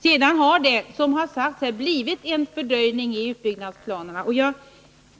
Det har, som här sagts, blivit en fördröjning av utbyggnadsplanerna.